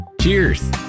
Cheers